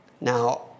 Now